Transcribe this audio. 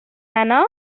heno